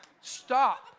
Stop